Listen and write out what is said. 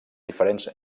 diferents